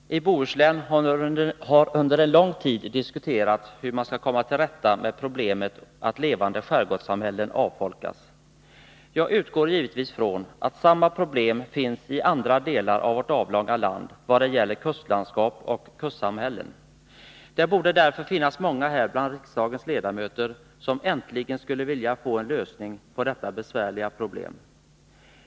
Fru talman! I Bohuslän har under en lång tid diskuterats hur man skall komma till rätta med problemet att levande skärgårdssamhällen avfolkas. Jag utgår givetvis från att samma problem finns i andra delar av vårt avlånga land i vad gäller kustlandskap och kustsamhällen. Det borde därför finnas många här bland riksdagens ledamöter som äntligen skulle vilja få en lösning på detta besvärliga problem.